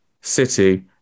City